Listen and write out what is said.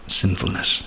sinfulness